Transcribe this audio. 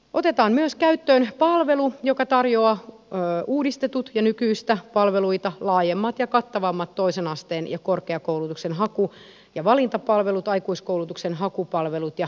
otetaan myös käyttöön palvelu joka tarjoaa uudistetut ja nykyisiä palveluita laajemmat ja kattavammat toisen asteen ja korkeakoulutuksen haku ja valintapalvelut aikuiskoulutuksen hakupalvelut ja koulutustietopalvelut